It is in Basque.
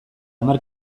hamar